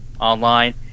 online